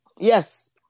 Yes